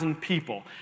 people